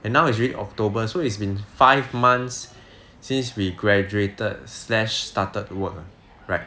and now is already october so it's been five months since we graduated slash started work ah right